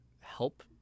help